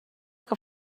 que